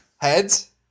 Heads